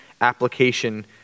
application